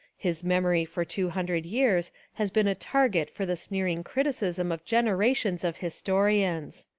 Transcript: his memory for two hundred years has been a target for the sneering criticism of generations of historians.